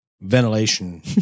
ventilation